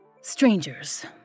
Strangers